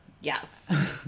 Yes